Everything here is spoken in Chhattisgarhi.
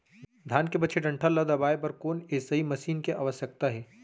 धान के बचे हुए डंठल ल दबाये बर कोन एसई मशीन के आवश्यकता हे?